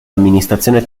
amministrazione